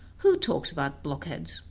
who talks about blockheads?